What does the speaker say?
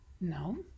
No